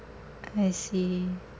I see